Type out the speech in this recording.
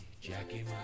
Jackie